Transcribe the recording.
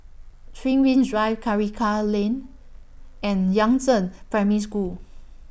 three Rings Drive Karikal Lane and Yangzheng Primary School